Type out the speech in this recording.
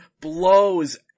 blows